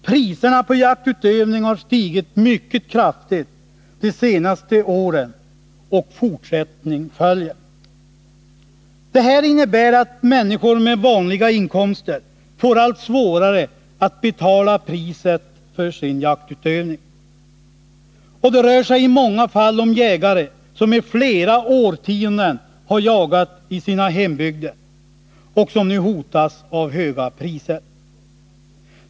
Priserna på jaktutövning har stigit mycket kraftigt de senaste åren, och fortsättning följer. Det här innebär att människor med vanliga inkomster får allt svårare att betala priset för sin jaktutövning. Det rör sig i många fall om jägare som i flera årtionden har jagat i sina hembygder och som nu hotas av höga priser.